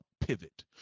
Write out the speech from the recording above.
pivot